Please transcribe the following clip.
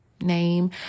name